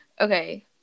Okay